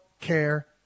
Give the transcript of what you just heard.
care